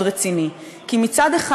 הזה,